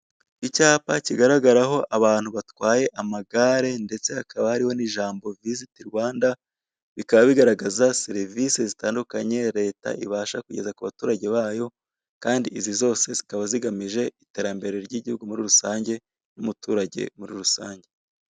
Icyapa kigaragaraho abantu batwaye amagare ndetse hakaba hariho n'ijambo viziti Rwanda, bikaba bigaragaza serivise zitandukanye leta ibasha kugeza kubaturage bayo, kandi izi zose zikaba zigamije iterambere ry'igihugu muri rusange n'umuturage muri rusange.